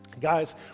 Guys